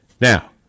Now